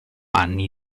anni